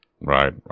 Right